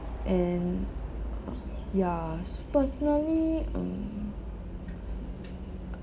and ya s~ personally um